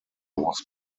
was